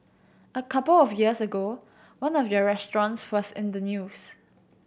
a couple of years ago one of your restaurants was in the news